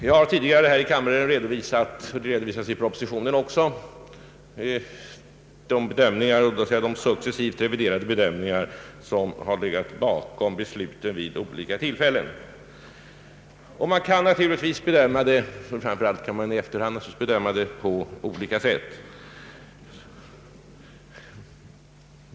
Jag har tidigare här i kammaren redovisat — och de redovisas även i propositionen — de successivt reviderade bedömningar som legat bakom centrala driftledningens beslut vid olika tillfällen. Man kan naturligtvis bedöma situationen på olika sätt; framför allt kan man det i efterhand.